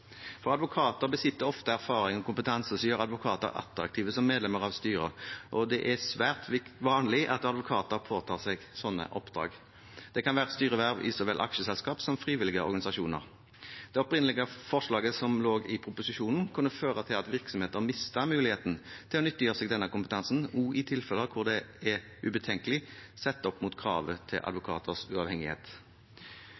for advokater besitter ofte erfaring og kompetanse som gjør advokater attraktive som medlemmer av styrer, og det er svært vanlig at advokater påtar seg sånne oppdrag. Det kan være et styreverv i så vel aksjeselskap som frivillige organisasjoner. Det opprinnelige forslaget som lå i proposisjonen, kunne føre til at virksomhetene mistet muligheten til å nyttiggjøre seg denne kompetansen, også i tilfeller hvor det er ubetenkelig, sett opp mot kravet til